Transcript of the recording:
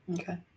Okay